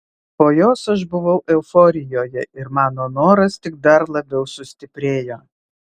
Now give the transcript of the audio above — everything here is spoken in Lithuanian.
po jos aš buvau euforijoje ir mano noras tik dar labiau sustiprėjo